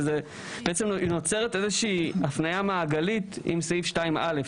בעצם נוצרת איזושהי הפנייה מעגלית עם סעיף 2(א).